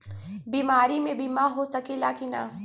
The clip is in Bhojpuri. बीमारी मे बीमा हो सकेला कि ना?